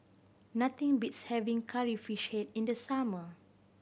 nothing beats having Curry Fish Head in the summer